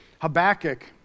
Habakkuk